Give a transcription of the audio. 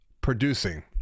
producing